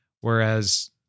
whereas